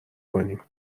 کنیم